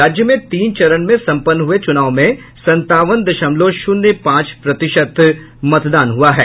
राज्य में तीन चरण में सम्पन्न हुए चुनाव में संतावन दशमलव शून्य पांच प्रतिशत मतदान हुआ है